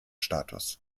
status